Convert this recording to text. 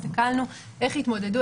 הסתכלנו איך התמודדו,